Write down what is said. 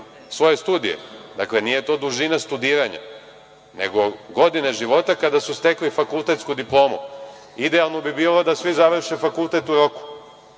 svoje studije. Dakle, nije to dužina studiranja, nego godine života kada su stekli fakultetsku diplomu. Idealno bi bilo da svi završe fakultet u roku,